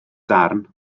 darn